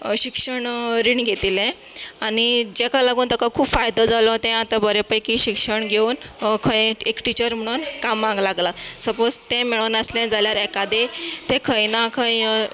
शिक्षण रीण घेतिलें आनी जाका लागून ताका खूब फायदो जालो तें आतां बरे पैकी शिक्षण घेवन खंय एक टीचर म्हूण कामाक लागलां सपोज तें मेळोनासलें जाल्यार एकादें तें खंय ना खंय